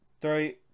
Three